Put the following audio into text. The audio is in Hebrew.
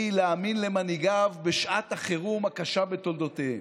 להאמין למנהיגיו בשעת החירום הקשה בתולדותיהם.